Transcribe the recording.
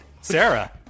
Sarah